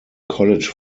college